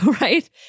right